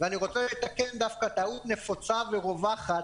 ואני רוצה לתקן דווקא טעות נפוצה ורווחת,